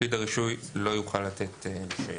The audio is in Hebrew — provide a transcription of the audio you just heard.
פקיד הרישוי לא יוכל לתת רישיון.